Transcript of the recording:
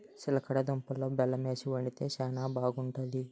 సిలగడ దుంపలలో బెల్లమేసి వండితే శానా బాగుంటాది